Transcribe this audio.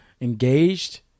engaged